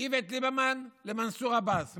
איווט ליברמן למנסור עבאס?